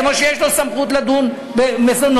כמו שיש לו סמכות לדון במזונות,